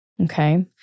Okay